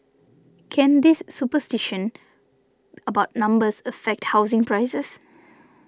can this superstition about numbers affect housing prices